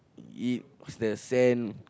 it the sand